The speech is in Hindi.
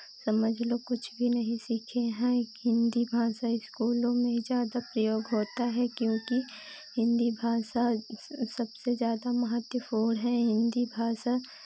समझ लो कुछ भी नहीं सीखे हैं कि हिन्दी भाषा इस्कूलों में ज़्यादा प्रयोग होता है क्योंकि हिन्दी भाषा स सबसे ज़्यादा महत्वपूर्ण है हिन्दी भाषा